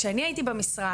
כשאני הייתי במשרד,